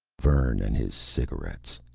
vern and his cigarettes!